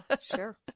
sure